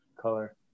color